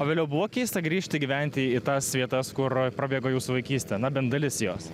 o vėliau buvo keista grįžti gyventi į tas vietas kur prabėgo jūsų vaikystė na bent dalis jos